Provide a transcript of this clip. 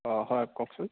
অঁ হয় কওকচোন